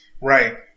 Right